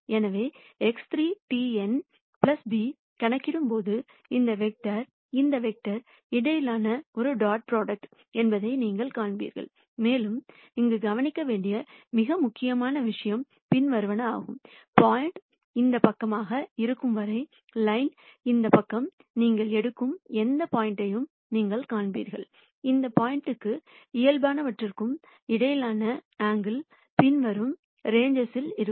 எனவே X3 T n b கணக்கிடும்போது இது இந்த வெக்டர் இந்த வெக்டர் இடையிலான ஒரு டாட் புரோடக்ட் என்பதை நீங்கள் காண்பீர்கள் மேலும் இங்கு கவனிக்க வேண்டிய மிக முக்கியமான விஷயம் பின்வருவனவாகும் பாயிண்ட் இந்த பக்கமாக இருக்கும் வரை லைனின் இந்த பக்கம் நீங்கள் எடுக்கும் எந்த பாயிண்ட்யையும் நீங்கள் காண்பீர்கள் அந்த பாயிண்ட்க்கும் இயல்பானவற்றுக்கும் இடையிலான ஆங்கில் பின்வரும் ரேன்ஜஸ் இருக்கும்